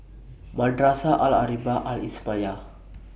Madrasah Al Arabiah Al Islamiah